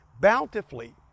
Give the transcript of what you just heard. bountifully